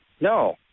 No